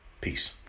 Peace